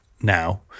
now